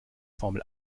formel